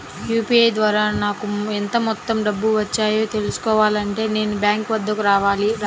UPI ద్వారా నాకు ఎంత మొత్తం డబ్బులు వచ్చాయో తెలుసుకోవాలి అంటే నేను బ్యాంక్ వద్దకు రావాలా?